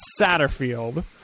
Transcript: Satterfield